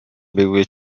بگویید